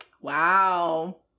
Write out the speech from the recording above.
wow